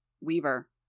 Weaver